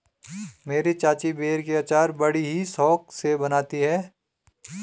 मेरी चाची बेर के अचार बड़ी ही शौक से बनाती है